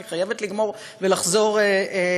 אני חייבת לגמור ולחזור לאולם.